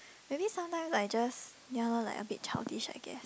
maybe sometimes I just ya lah like a bit childish I guess